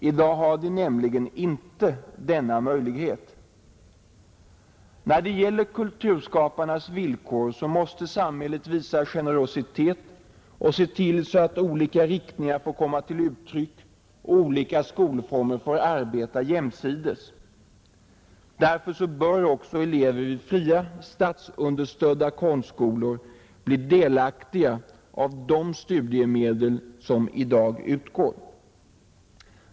I dag har de inte denna möjlighet. När det gäller kulturskaparnas villkor måste samhället visa generositet och se till att olika riktningar får komma till uttryck och olika skolformer får arbeta jämsides. Därför bör även elever vid fria statsunderstödda konstskolor bli delaktiga av de studiemedel som i dag utgår.